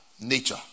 nature